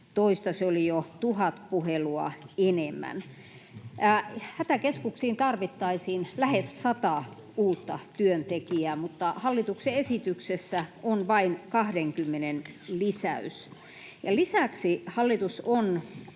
2019 se oli jo 1 000 puhelua enemmän. Hätäkeskuksiin tarvittaisiin lähes 100 uutta työntekijää, mutta hallituksen esityksessä on vain 20:n lisäys. Lisäksi hallitus on